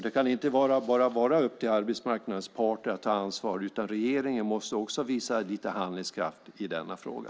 Det kan inte vara bara upp till arbetsmarknadens parter att ta ansvar, utan regeringen måste också visa lite handlingskraft i denna fråga.